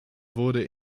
wurde